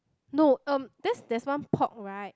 no um there's there's one pork right